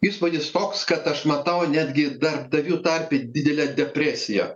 įspūdis toks kad aš matau netgi darbdavių tarpe didelę depresiją